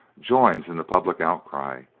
joins in the public outcry,